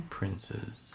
Princes